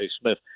Smith